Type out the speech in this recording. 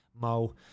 Mo